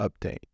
update